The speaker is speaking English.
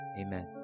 Amen